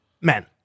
men